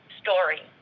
story